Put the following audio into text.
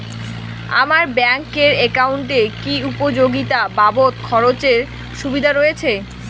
আমার ব্যাংক এর একাউন্টে কি উপযোগিতা বাবদ খরচের সুবিধা রয়েছে?